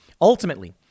Ultimately